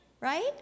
Right